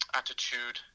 attitude